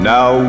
Now